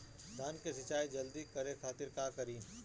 धान के सिंचाई जल्दी करे खातिर का करी?